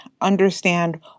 understand